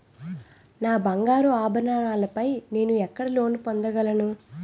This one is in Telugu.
నా బంగారు ఆభరణాలపై నేను ఎక్కడ లోన్ పొందగలను?